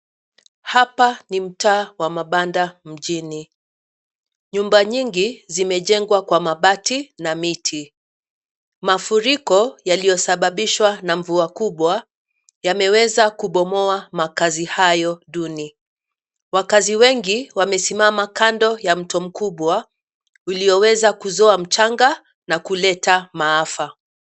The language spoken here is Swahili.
Hapa ni mtaa wa mabanda mjini. Nyumba nyingi zimejengwa kwa mabati na miti. Mafuriko yaliyosababishwa na mvua kubwa yameweza kubomoa makazi hayo duni. Wakaazi wengi wamesimama kando ya mto mkubwa ulioweza kuzoa mchanga na kuleta maafa.